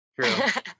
True